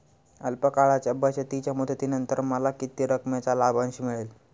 अल्प काळाच्या बचतीच्या मुदतीनंतर मला किती रकमेचा लाभांश मिळेल?